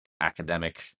academic